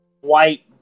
white